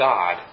God